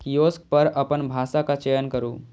kiosk पर अपन भाषाक चयन करू